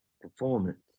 performance